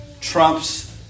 trumps